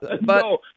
No